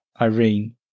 Irene